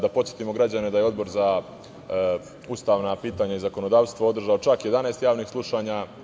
Da podsetimo građane da je Odbor za ustavna pitanja i zakonodavstvo održalo čak 11 javnih slušanja.